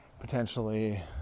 potentially